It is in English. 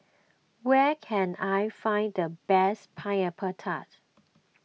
where can I find the best Pineapple Tart